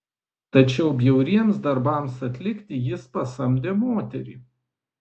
tačiau bjauriems darbams atlikti jis pasamdė moterį